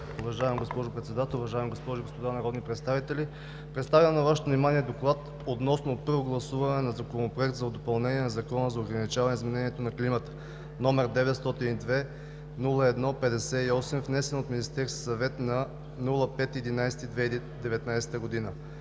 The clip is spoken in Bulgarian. Уважаема госпожо Председател, уважаеми госпожи и господа народни представители! Представям на Вашето внимание: „ДОКЛАД относно първо гласуване на Законопроект за допълнение на Закона за ограничаване изменението на климата, № 902-01-58, внесен от Министерския съвет на 5 ноември